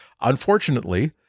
Unfortunately